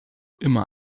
immer